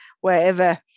wherever